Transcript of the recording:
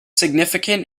significant